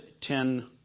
ten